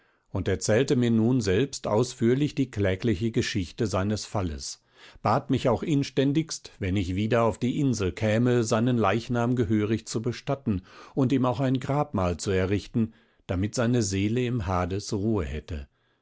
und erzählte mir nun selbst ausführlich die klägliche geschichte seines falles bat mich auch inständigst wenn ich wieder auf die insel käme seinen leichnam gehörig zu bestatten und ihm auch ein grabmal zu errichten damit seine seele im hades ruhe hätte